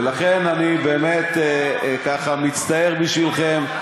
ולכן אני באמת, ככה, מצטער בשבילכם.